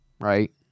right